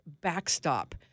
backstop